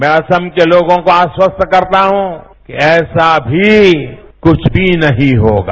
मैं असम के लोगों को आश्वस्त करता हूं कि ऐसा भी कुछ भी नहीं होगा